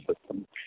system